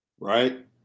right